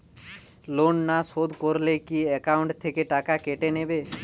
Loan না শোধ করলে কি একাউন্ট থেকে টাকা কেটে নেবে?